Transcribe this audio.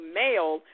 male